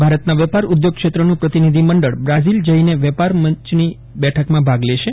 ભારતના વેપારઉદ્યોગ ક્ષેત્ર નું પ્રતિનિધિમંડળ બ્રાઝિલ જઈને વેપાર પંચની બેઠકમાં ભાગ લેશે